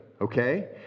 Okay